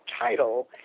title